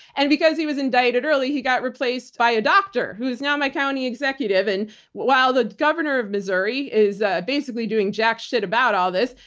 and because he was indicted early, he got replaced by a doctor who is now my county executive. and while the governor of missouri is ah basically doing jack shit about all this,